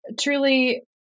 truly